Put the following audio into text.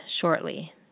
shortly